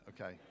okay